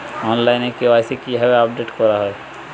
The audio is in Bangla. অনলাইনে কে.ওয়াই.সি কিভাবে আপডেট করা হয়?